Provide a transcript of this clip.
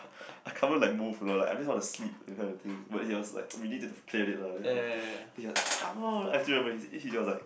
I can't like move lor I just want to sleep that's the thing but he was like we really need to clear it lah oh come on he was like